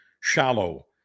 shallow